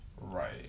Right